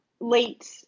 late